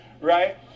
right